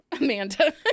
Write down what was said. Amanda